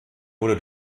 wurde